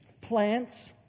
plants